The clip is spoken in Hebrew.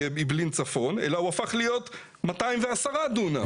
הוא הפך להיות 210 דונם.